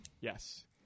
Yes